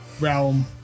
realm